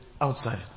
outside